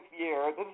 year